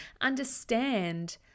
understand